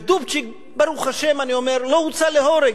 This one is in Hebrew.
ודובצ'ק, ברוך השם אני אומר, לא הוצא להורג,